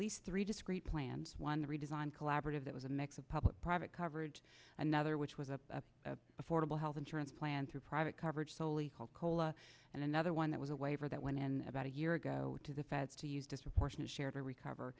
least three discrete plans one redesign collaborative that was a mix of public private coverage another which was a affordable health insurance plan through private coverage solely called cola and another one that was a waiver that went in about a year ago to the fed to use disproportionate share to recover